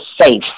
safe